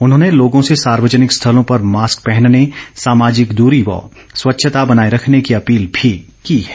उन्होंने लोगों से सार्वजनिक स्थलों पर मास्क पहनने सामाजिक दूरी व स्वच्छता बनाए रखने की अपील भी की है